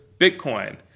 Bitcoin